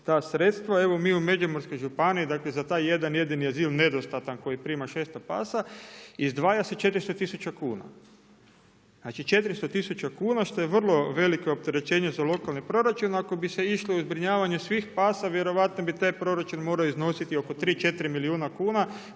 ta sredstva, evo mi u Međimurskoj županiji, dakle za taj jedan jedini azil, nedostatan koji prima 600 pasa, izdvaja se 400 tisuća kuna. Znači 400 tisuća što je vrlo veliko opterećenje za lokalni proračun ako bi se išlo u zbrinjavanje svih pasa, vjerovatno bi taj proračun moramo iznositi oko 3,4 milijuna kuna